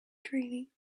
training